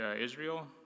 Israel